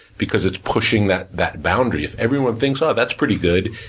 because it's pushing that that boundary. if everyone thinks, oh, that's pretty good,